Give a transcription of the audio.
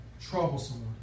troublesome